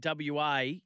WA